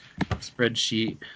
spreadsheet